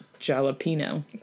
Jalapeno